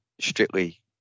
strictly